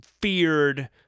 feared